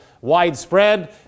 widespread